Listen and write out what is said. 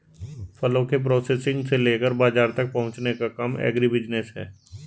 फलों के प्रोसेसिंग से लेकर बाजार तक पहुंचने का काम एग्रीबिजनेस है